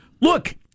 look